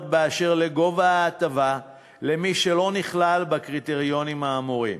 בדבר גובה ההטבה למי שלא נכלל בקריטריונים האמורים.